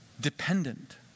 Dependent